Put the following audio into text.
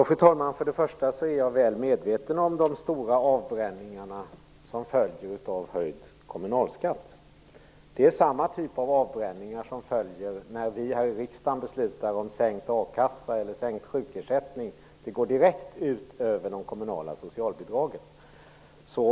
Fru talman! Först och främst är jag väl medveten om de stora avbränningar som följer av höjd kommunalskatt. Det är samma typ av avbränningar som följer när vi här i riksdagen beslutar om sänkt a-kassa eller sänkt sjukersättning; det går direkt ut över de kommunala socialbidragen.